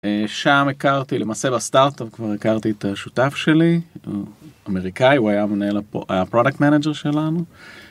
שם הכרתי למעשה בסטארט-אפ, כבר הכרתי את השותף שלי, אמריקאי, הוא היה מנהל ה..product manager שלנו.